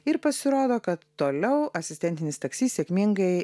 ir pasirodo kad toliau asistentinis taksi sėkmingai